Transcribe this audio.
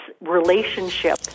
relationship